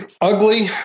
Ugly